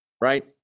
right